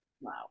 wow